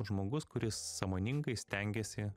žmogus kuris sąmoningai stengiasi